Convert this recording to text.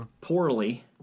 poorly